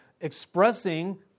expressing